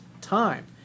time